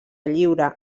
lliure